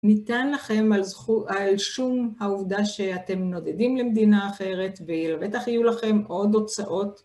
ניתן לכם, על שום העובדה שאתם נודדים למדינה אחרת, ובטח יהיו לכם עוד הוצאות.